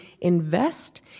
invest